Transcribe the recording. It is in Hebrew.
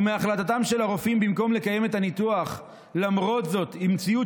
וגם מהחלטתם של הרופאים במקום לקיים את הניתוח למרות זאת עם ציוד